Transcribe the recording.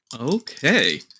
Okay